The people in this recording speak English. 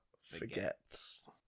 forgets